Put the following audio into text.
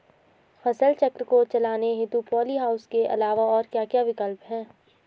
फसल चक्र को चलाने हेतु पॉली हाउस के अलावा और क्या क्या विकल्प हैं?